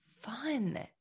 fun